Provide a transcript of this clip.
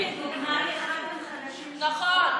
(חבר הכנסת עופר כסיף יוצא מאולם המליאה.) נכון.